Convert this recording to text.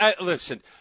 listen